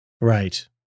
Right